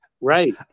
right